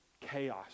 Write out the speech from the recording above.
chaos